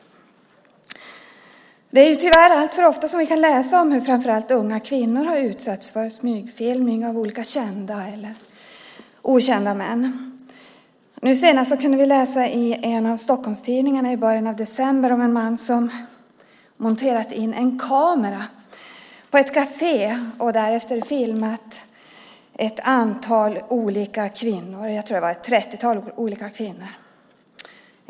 Vi kan tyvärr alltför ofta läsa om hur framför allt unga kvinnor har utsatts för smygfilmning av kända eller okända män. I början av december kunde vi läsa i en av Stockholmstidningarna om en man som monterat in en kamera på ett kafé och därefter filmat ett trettiotal kvinnor.